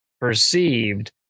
perceived